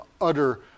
utter